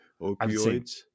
opioids